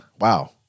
wow